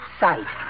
sight